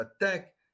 attack